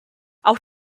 auf